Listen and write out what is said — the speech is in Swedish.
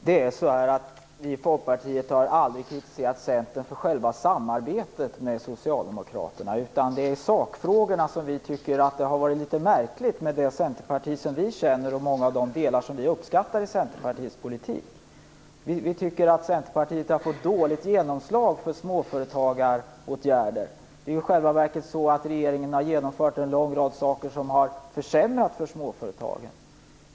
Fru talman! Vi i Folkpartiet har aldrig kritiserat Centern för själva samarbetet med Socialdemokraterna, utan det är i sakfrågorna som vi tycker att det har varit litet märkligt med det centerparti som vi känner och med många av de delar i Centerpartiets politik som vi uppskattar. Vi tycker att Centerpartiet har fått dåligt genomslag för småföretagaråtgärder. Regeringen har ju i själva verket genomfört en lång rad saker som har försämrat för småföretagen.